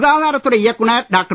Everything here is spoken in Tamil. சுகாதாரத்துறை இயக்குனர் டாக்டர்